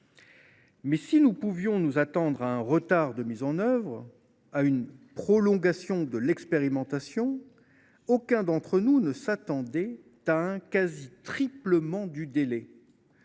si nous pouvions nous attendre à un retard de mise en œuvre, voire à une prolongation de l’expérimentation, aucun d’entre nous ne s’attendait à un quasi triplement du délai.